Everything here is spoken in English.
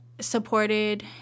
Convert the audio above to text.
supported